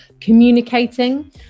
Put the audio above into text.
communicating